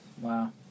Wow